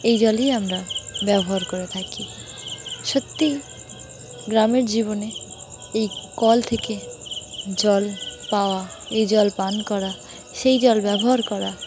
এই জলই আমরা ব্যবহার করে থাকি সত্যিই গ্রামের জীবনে এই কল থেকে জল পাওয়া এই জল পান করা সেই জল ব্যবহার করা